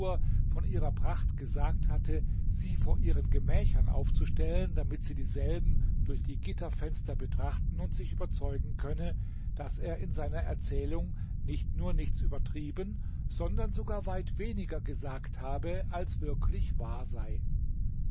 von ihrer pracht gesagt hatte sie vor ihren gemächern aufzustellen damit sie dieselben durch die gitterfenster betrachten und sich überzeugen könne daß er in seiner erzählung nicht nur nichts übertrieben sondern sogar weit weniger gesagt habe als wirklich wahr sei